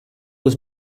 was